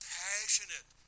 passionate